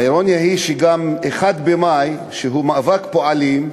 האירוניה היא ש-1 במאי, שהוא יום מאבק פועלים,